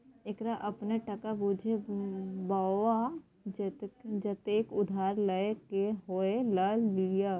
एकरा अपने टका बुझु बौआ जतेक उधार लए क होए ल लिअ